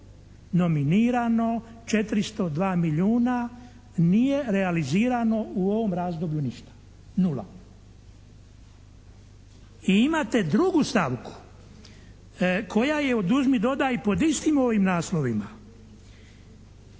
nominirano 402 milijuna. Nije realizirano u ovom razdoblju ništa. Nula. I imate drugu stavku koja je oduzmi, dodaj pod istim ovim naslovima